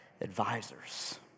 Advisors